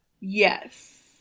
yes